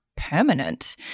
permanent